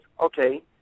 Okay